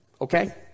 okay